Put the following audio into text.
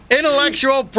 Intellectual